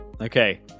Okay